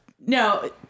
No